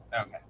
okay